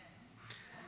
כן.